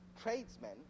tradesmen